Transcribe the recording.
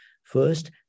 First